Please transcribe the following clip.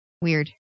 Weird